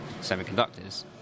semiconductors